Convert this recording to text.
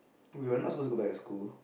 we were not suppose to go back to school